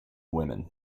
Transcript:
women